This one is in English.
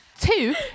two